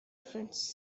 friends